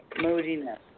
Moodiness